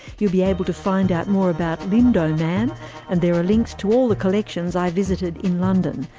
you'll be able to find out more about lindow man and there are links to all the collections i visited in london,